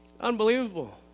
Unbelievable